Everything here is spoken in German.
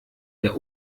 der